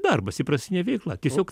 darbas įprastinė veikla tiesiog